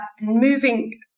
moving